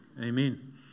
Amen